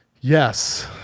Yes